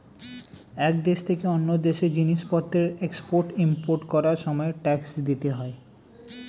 এক দেশ থেকে অন্য দেশে জিনিসপত্রের এক্সপোর্ট ইমপোর্ট করার সময় ট্যাক্স দিতে হয়